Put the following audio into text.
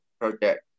project